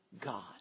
God